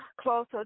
closer